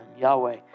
Yahweh